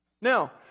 Now